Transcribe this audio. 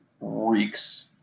reeks